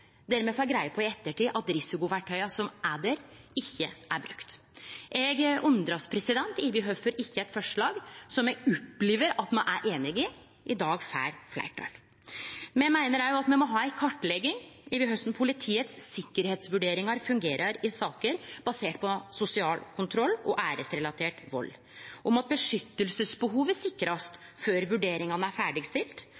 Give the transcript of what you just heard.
der me får greie på i ettertid at risikoverktøya som er der, ikkje er brukte. Eg undrast over kvifor ikkje eit forslag som eg opplever at me er einige om, i dag får fleirtal. Me meiner òg at me må ha ei kartlegging av korleis politiets sikkerheitsvurderingar fungerer i saker basert på sosial kontroll og æresrelatert vald, at beskyttelsesbehovet